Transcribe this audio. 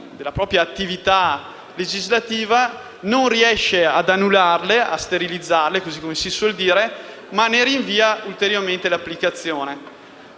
della propria attività legislativa, non riesce ad annullarle e sterilizzarle, e si limita a rinviarne ulteriormente l'applicazione.